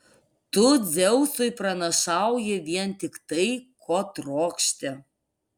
tu dzeusui pranašauji vien tik tai ko trokšti